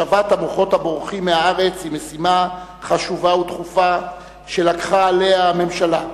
השבת "המוחות הבורחים" מהארץ היא משימה חשובה ודחופה שלקחה עליה הממשלה.